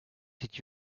did